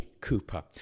Cooper